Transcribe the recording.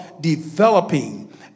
developing